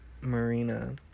Marina